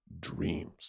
dreams